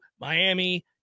Miami